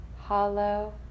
hollow